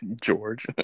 George